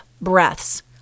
breaths